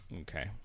Okay